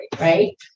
right